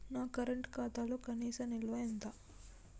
నా కరెంట్ ఖాతాలో కనీస నిల్వ ఎంత?